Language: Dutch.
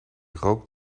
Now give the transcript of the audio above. rook